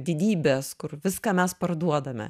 didybės kur viską mes parduodame